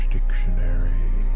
Dictionary